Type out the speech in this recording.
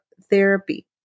therapy